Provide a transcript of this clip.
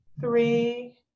three